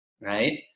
right